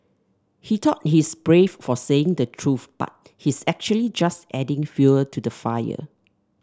he thought he's brave for saying the truth but he's actually just adding fuel to the fire